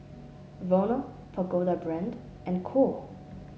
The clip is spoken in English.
Vono Pagoda Brand and Cool